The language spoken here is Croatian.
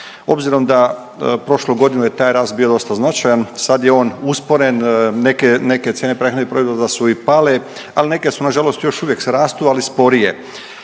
obzirom da prošlu godinu je taj rast bio dosta značajan sad je on usporen, neke cijene prehrambenih proizvoda su i pale, al neke su nažalost još uvijek rastu, ali sporije.